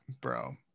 Bro